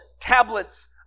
tablets